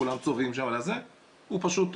הוא פשוט,